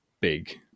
big